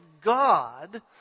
God